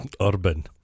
Urban